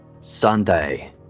Sunday